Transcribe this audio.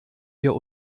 wir